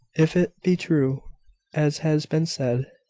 if it be true as has been said,